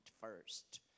first